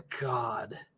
God